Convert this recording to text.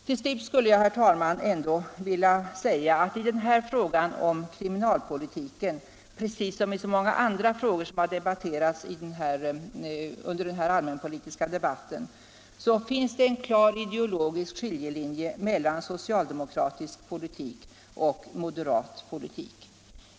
Till slut skulle jag, herr talman, ändå vilja säga att i denna fråga om kriminalpolitiken precis som i så många andra frågor, som har debatterats under denna allmänpolitiska debatt, finns det en klar ideologisk skiljelinje mellan socialdemokratisk politik och moderat politik.